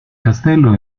castello